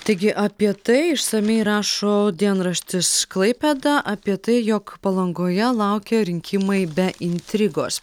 taigi apie tai išsamiai rašo dienraštis klaipėda apie tai jog palangoje laukia rinkimai be intrigos